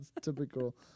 typical